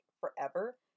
forever